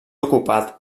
ocupat